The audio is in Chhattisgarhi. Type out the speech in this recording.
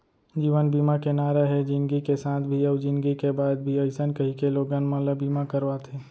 जीवन बीमा के नारा हे जिनगी के साथ भी अउ जिनगी के बाद भी अइसन कहिके लोगन मन ल बीमा करवाथे